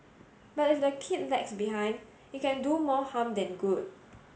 but if the kid lags behind it can do more harm than good